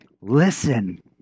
listen